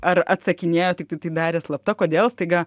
ar atsakinėjo tiktai tai darė slapta kodėl staiga